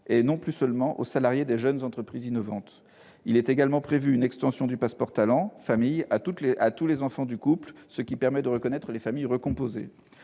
et non plus seulement aux salariés des jeunes entreprises innovantes. Il est également prévu une extension du « passeport talent » à tous les enfants du couple, ce qui permet de reconnaître les familles recomposées.